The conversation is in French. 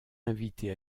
invité